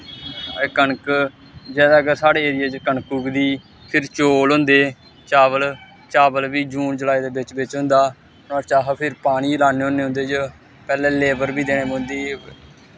कनक जैदातर साढ़े एरिये च कनक उगदी फिर चौल होंदे चावल चावल बी जून जुलाई दे बिच्च बिच्च होंदा नुआड़े च अस फिर पानी लान्ने होन्ने उंदे च पैह्लें लेबर बी देने पौंदी